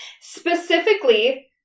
Specifically